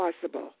possible